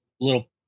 little